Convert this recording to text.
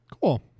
Cool